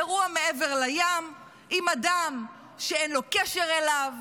אירוע מעבר לים עם אדם שאין לו קשר אליו,